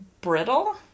brittle